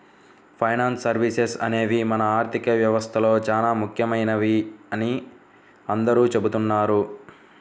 finance services అనేవి మన ఆర్థిక వ్యవస్థలో చానా ముఖ్యమైనవని అందరూ చెబుతున్నారు